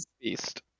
beast